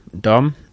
Dom